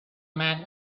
man